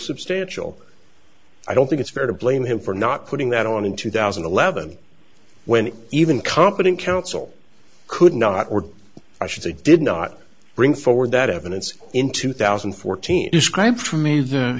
substantial i don't think it's fair to blame him for not putting that on in two thousand and eleven when even competent counsel could not or i should say did not bring forward that evidence in two thousand and fourteen